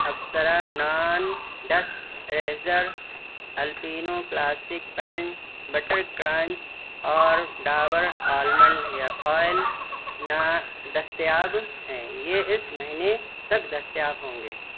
Apsara non dust eraser Alpino classic peanut butter crunch اور Dabur almond hair oil نادستیاب ہیں یہ اس مہینے تک دستیاب ہوں گے